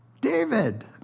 David